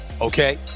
Okay